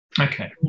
okay